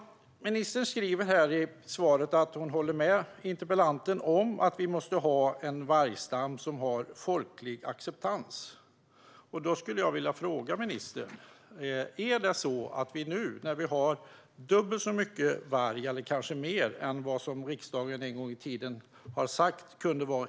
Ministern sa i sitt svar att hon håller med interpellanten om att vi måste ha en vargstam som har folklig acceptans. Vi har nu dubbelt så mycket varg som riksdagen en gång i tiden har sagt kunde vara en rimlig nivå för Sverige, eller kanske ännu mer än detta.